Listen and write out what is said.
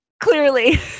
Clearly